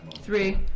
Three